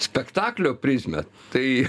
spektaklio prizmę tai